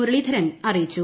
മുരളീധരൻ അറിയിച്ചു